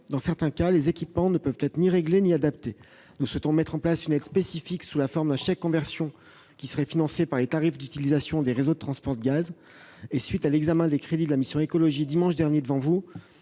dans certains cas, les équipements ne peuvent être ni réglés ni adaptés. Nous souhaitons donc mettre en place une aide spécifique sous la forme d'un chèque conversion, financé par les tarifs d'utilisation des réseaux de transport de gaz. Lors de l'examen des crédits de la mission « Écologie », dimanche dernier, dans